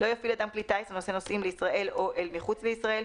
לא יפעיל אדם כלי טיס הנושא נוסעים לישראל או אל מחוץ לישראל,